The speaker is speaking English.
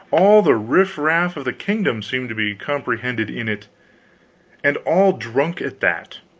all the riffraff of the kingdom seemed to be comprehended in it and all drunk at that.